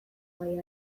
gai